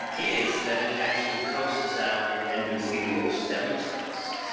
and is that it actually coaxes out your endothelial stem cells.